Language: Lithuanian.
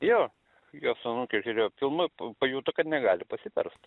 jo jo su anūke žiūrėjo filmą pajuto kad negali pasiverst